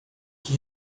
que